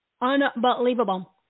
Unbelievable